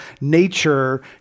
nature